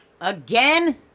Again